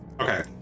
Okay